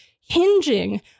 hinging